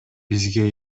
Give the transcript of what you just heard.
бизге